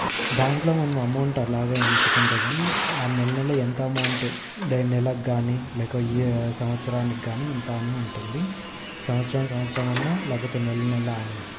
బ్యాంకులో మనం అమౌంట్ అలాగే ఉంచుకుంటే కానీ ఆ నెల నెల ఎంత అమౌంట్ నెలకు కానీ లేక ఇయర్ సంవత్సరానికి కానీ ఇంత అని ఉంటుంది సంవత్సరం సంవత్సరం అయినా లేకపోతే నెల నెల అయినా